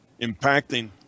impacting